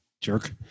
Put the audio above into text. jerk